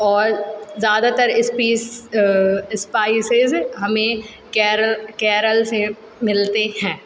औल ज़्यादातर spice spices हमें केरल केरल से मिलते हैं